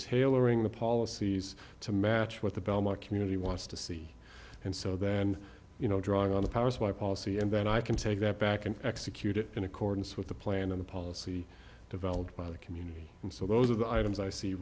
tailoring the policies to match what the belmont community wants to see and so then you know drawing on the power supply policy and then i can take that back and execute it in accordance with the plan of the policy developed by the community and so those are the items i see